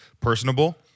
personable